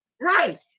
Right